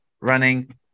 running